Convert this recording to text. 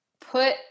put